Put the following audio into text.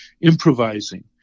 improvising